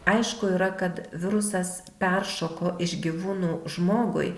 aišku yra kad virusas peršoko iš gyvūnų žmogui